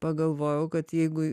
pagalvojau kad jeigu